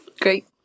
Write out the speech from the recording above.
Great